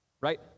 Right